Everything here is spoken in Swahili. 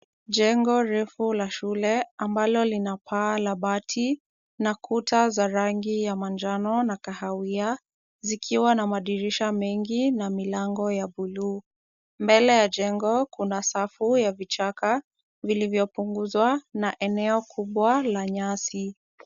Jengo refu la shule ambalo lina paa la bati na kuta za rangi ya majano na kahawia zikiwa na madirisha mengi na milango ya bluu. Mbele ya jengo kuna safu ya vichaka vilivyopunguzwa na eneo kubwa la nyasi.